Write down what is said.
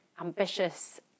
ambitious